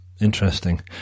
interesting